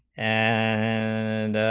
and